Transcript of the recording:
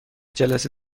جلسه